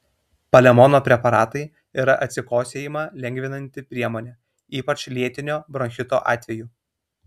palemono preparatai yra atsikosėjimą lengvinanti priemonė ypač lėtinio bronchito atveju